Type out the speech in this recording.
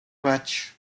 match